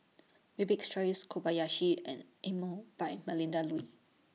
Bibik's Choice Kobayashi and Emel By Melinda Looi